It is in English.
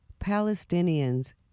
Palestinians